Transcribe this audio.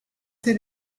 sit